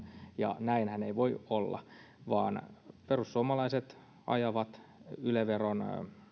ja näinhän ei voi olla vaan perussuomalaiset ajavat yle veron